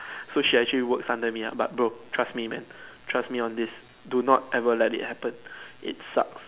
so she actually works under me ah but bro trust me man trust me on this do not ever let it happen it sucks